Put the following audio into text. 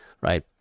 right